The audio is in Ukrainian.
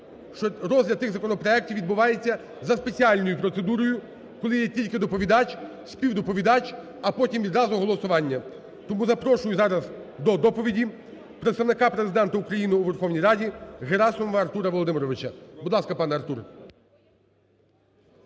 що розгляд цих законопроектів відбувається за спеціальною процедурою, коли є доповідач, співдоповідач, а потім відразу голосування. Тому запрошую зараз до доповіді представника Президента України у Верховній Раді Герасимова Артура Володимировича. Будь ласка, пане Артур.